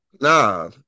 nah